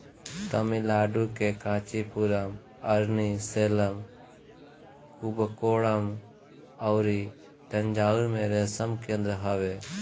तमिलनाडु के कांचीपुरम, अरनी, सेलम, कुबकोणम अउरी तंजाउर में रेशम केंद्र हवे